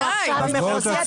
הלוואי.